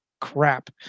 crap